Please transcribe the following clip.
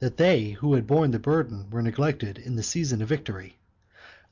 that they who had borne the burden were neglected in the season of victory